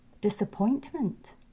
disappointment